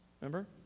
Remember